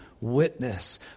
witness